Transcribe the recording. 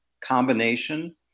combination